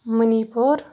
مَنی پور